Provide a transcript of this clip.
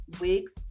wigs